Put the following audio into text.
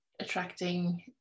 attracting